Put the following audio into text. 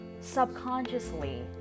subconsciously